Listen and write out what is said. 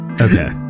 Okay